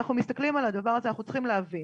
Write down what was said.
כשאנחנו מסתכלים על הדבר הזה אנחנו צריכים להבין,